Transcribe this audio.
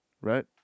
right